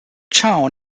town